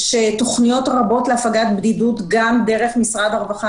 יש תוכניות רבות להפגת בדידות גם דרך משרד הרווחה,